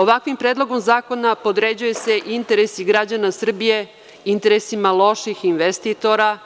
Ovakvim predlogom zakona podređuje se interes građana Srbije, interesima loših investitora